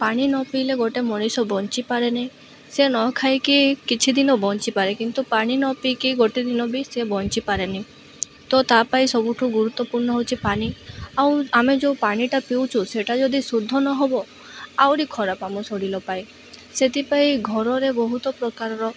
ପାଣି ନ ପିଇଲେ ଗୋଟେ ମଣିଷ ବଞ୍ଚିପାରେନି ସେ ନଖାଇକି କିଛି ଦିନ ବଞ୍ଚିପାରେ କିନ୍ତୁ ପାଣି ନପିଇକି ଗୋଟେ ଦିନ ବି ସେ ବଞ୍ଚିପାରେନି ତ ତା ପାଇଁ ସବୁଠୁ ଗୁରୁତ୍ୱପୂର୍ଣ୍ଣ ହେଉଛି ପାନି ଆଉ ଆମେ ଯେଉଁ ପାନିଟା ପିଉଚୁ ସେଟା ଯଦି ଶୁଦ୍ଧ ନହବ ଆହୁରି ଖରାପ ଆମ ଶରୀର ପାଇଁ ସେଥିପାଇଁ ଘରରେ ବହୁତ ପ୍ରକାରର